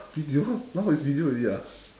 video now is video already ah